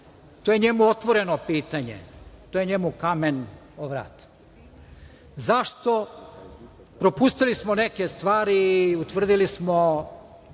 to je njemu otvoreno pitanje. To je njemu kamen oko vrata.Zašto? Propustili smo neke stvari i utvrdili smo